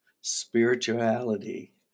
spirituality